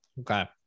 Okay